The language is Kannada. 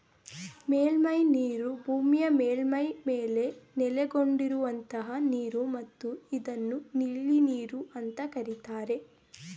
ಮೇಲ್ಮೈನೀರು ಭೂಮಿಯ ಮೇಲ್ಮೈ ಮೇಲೆ ನೆಲೆಗೊಂಡಿರುವಂತಹ ನೀರು ಮತ್ತು ಇದನ್ನು ನೀಲಿನೀರು ಅಂತ ಕರೀತಾರೆ